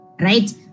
right